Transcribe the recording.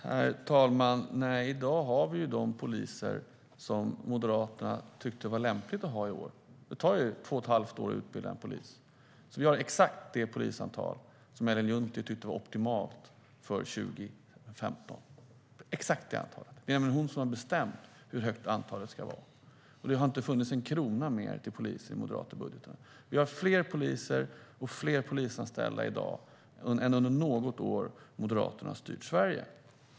Herr talman! I år har vi det antal poliser som Moderaterna tyckte att det var lämpligt att ha i år. Det tar två och ett halvt år att utbilda en polis. Vi har exakt det polisantal som Ellen Juntti tyckte var optimalt för 2015. Det är nämligen hon som har bestämt hur stort antalet ska vara. Och det har inte funnits en krona mer till polisen i Moderaternas budget. Vi har fler poliser och fler polisanställda i dag än under något år då Moderaterna styrt Sverige.